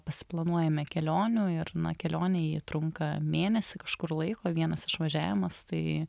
planuojame kelionių ir na kelionė trunka mėnesį kažkur laiko vienas išvažiavimas tai